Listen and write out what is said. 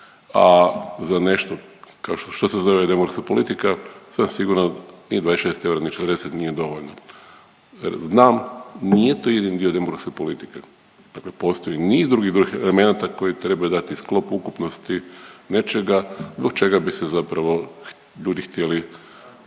A za nešto kao što se zove demografska politika sasvim sigurno tih 26 eura ni 40 nije dovoljno. Znam nije to jedini dio demografske politike, dakle postoji niz drugih elemenata koji trebaju dati sklop ukupnosti nečega zbog čega bi se zapravo ljudi htjeli ovdje i